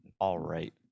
all-right